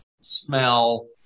smell